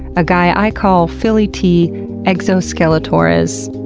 a guy i call philly t exoskele-torres,